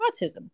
autism